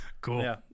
cool